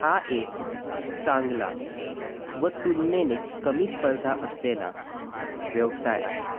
हा एक चांगला व तुलनेने कमी स्पर्धा असलेला व्यवसाय आहे